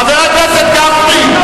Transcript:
חבר הכנסת גפני,